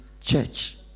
church